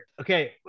Okay